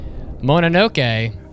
Mononoke